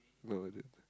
no